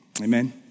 amen